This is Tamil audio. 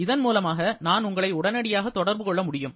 இதன் மூலமாக நான் உங்களை உடனடியாக தொடர்பு கொள்ள முடியும்